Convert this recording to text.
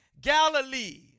Galilee